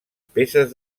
peces